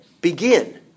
Begin